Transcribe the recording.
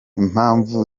impamvu